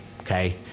okay